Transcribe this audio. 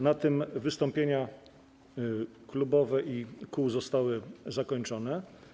Na tym wystąpienia klubów i kół zostały zakończone.